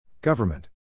Government